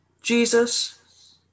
Jesus